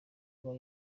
kuba